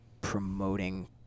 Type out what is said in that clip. promoting